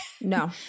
No